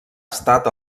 estat